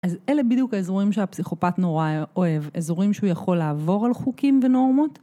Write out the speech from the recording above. אז אלה בדיוק האזורים שהפסיכופת נורא אוהב. אזורים שהוא יכול לעבור על חוקים ונורמות.